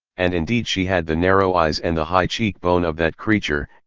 and indeed she had the narrow eyes and the high cheekbone of that creature,